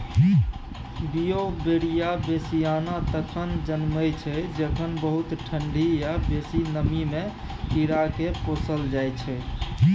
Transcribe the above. Beauveria बेसियाना तखन जनमय छै जखन बहुत ठंढी या बेसी नमीमे कीड़ाकेँ पोसल जाइ छै